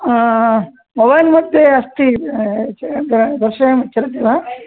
mobile मध्ये अस्ति दर्शयामि चलति वा